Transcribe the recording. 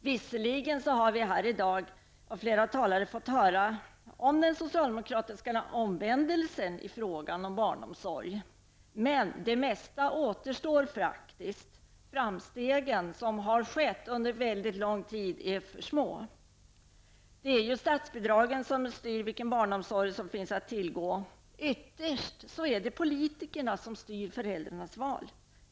Visserligen har vi i dag av flera talare fått höra om den socialdemokratiska omvändelsen i frågan om barnomsorgen, men det mesta återstår faktiskt. Framstegen som har skett under mycket lång tid är för små. Det är statsbidragen som styr vilken barnomsorg som finns att tillgå. Ytterst är det politikerna som styr föräldrarnas val.